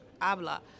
abla